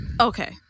Okay